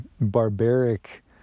barbaric